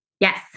Yes